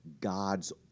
God's